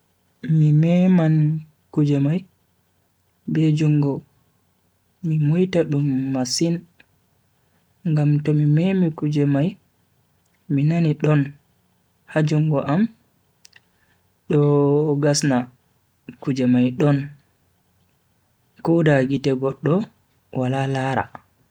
Mi meman kuje mai be jungo mi moita dum masin ngam tomi memi kuje mi nani don ha jungo am, do gasna kuje mai don ko da gite goddo wala lara.